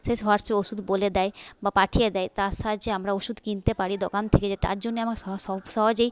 সে হোয়াটসঅ্যাপে ওষুধ বলে দেয় বা পাঠিয়ে দেয় তার সাহায্যে আমরা ওষুধ কিনতে পারি দোকান থেকে যে তার জন্যে আমাকে সহজেই